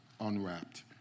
Unwrapped